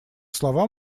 слова